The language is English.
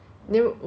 then 我就